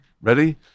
ready